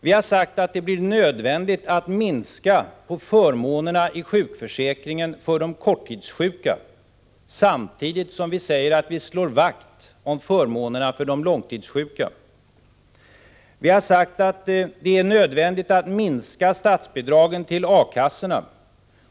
Vi har sagt att det blir nödvändigt att minska på förmånerna i sjukförsäkringen för de korttidssjuka, samtidigt som vi säger att vi slår vakt om förmånerna för de långtidssjuka. Vi har sagt att det är nödvändigt att minska statsbidragen till A-kassorna.